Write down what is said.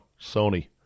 Sony